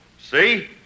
See